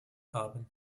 haben